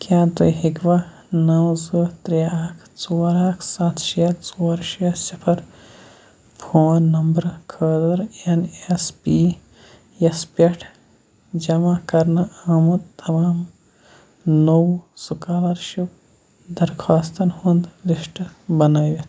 کیٛاہ تُہۍ ہیٚکوا نو زٕ ترٛےٚ اَکھ ژور اکھ سَتھ شےٚ ژور شےٚ صِفر فون نمبرٕ خٲطرٕ این ایس پی یَس پیٚٹھ جمع کرنہٕ آمٕتۍ تمام نوٚو سُکالر شِپ درخواستن ہُنٛد لِسٹ بنٲوِتھ